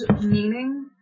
meaning